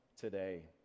today